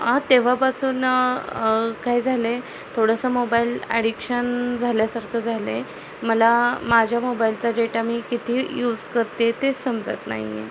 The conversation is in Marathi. तेव्हापासून काय झालंय थोडंसं मोबाईल ॲडिक्शन झाल्यासारखं झालं आहे मला माझ्या मोबाईलचा डेटा मी किती यूज करते ते समजत नाही आहे